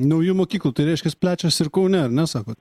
naujų mokyklų tai reiškias plečiasi ir kaune ar ne sakot